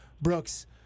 Brooks